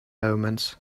omens